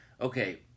Okay